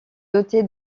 doté